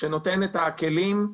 שנותן את הכלים,